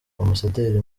ambasaderi